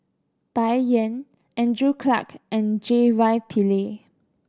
Bai Yan Andrew Clarke and J Y Pillay